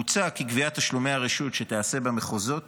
מוצע כי גביית תשלומי הרשות שתיעשה במחוזות